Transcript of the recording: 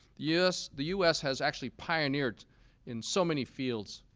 yes, the u s. has actually pioneered in so many fields